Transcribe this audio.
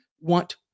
want